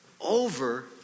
over